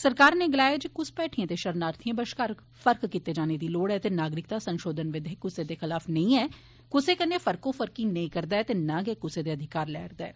सरकार नै गलाया ऐ जे घुसपैठियें ते शरणार्थियें बश्कार फर्क कीते जाने दी लोड़ ऐ ते नागरिकता संशोधन विधेयक क्सै दे खलाफ नेंई ऐ क्सै कन्नै फर्को फर्की नेंई करदा ते नां गै क्सै दे अधिकार लै रदा ऐ